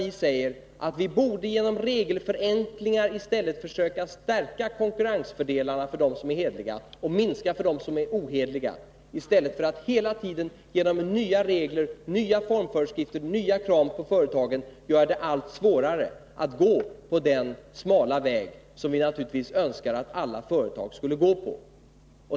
Vi säger att vi genom regelförenklingar borde försöka att stärka konkurrensfördelarna för dem som är hederliga och minska fördelarna för dem som är ohederliga, i stället för att hela tiden genom nya regler, nya formföreskrifter och nya krav på företagen göra det allt svårare att gå på den smala väg som vi naturligtvis önskar att alla företag skulle följa.